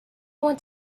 want